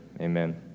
Amen